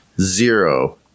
Zero